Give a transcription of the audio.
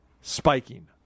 spiking